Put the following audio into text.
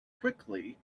quickly